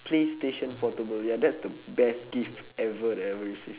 playstation portable ya that's the best gift ever that I ever received